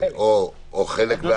או חלק בעד וחלק נגד.